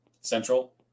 central